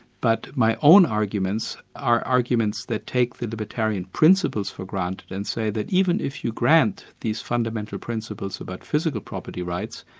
but my own arguments are arguments that take the libertarian principles for granted, and say that even if you grant these fundamental principles about physical property rights,